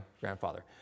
grandfather